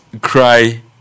cry